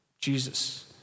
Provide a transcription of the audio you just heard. Jesus